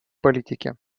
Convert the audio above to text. политики